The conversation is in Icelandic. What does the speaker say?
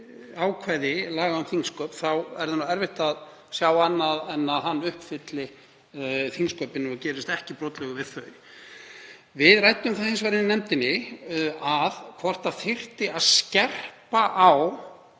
ákvæði laga um þingsköp þá er erfitt að sjá annað en að hann uppfylli þingsköpin og gerist ekki brotlegur við þau. Við ræddum það hins vegar í nefndinni hvort þyrfti að skerpa á